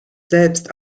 selbst